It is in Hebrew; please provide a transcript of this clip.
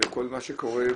וכל מה שקורה במדינה,